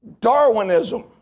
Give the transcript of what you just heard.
Darwinism